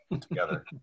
together